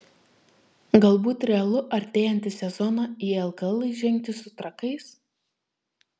galbūt realu artėjantį sezoną į lkl įžengti su trakais